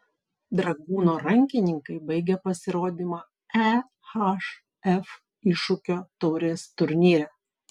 dragūno rankininkai baigė pasirodymą ehf iššūkio taurės turnyre